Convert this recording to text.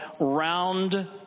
Round